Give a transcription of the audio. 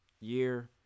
year